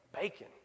bacon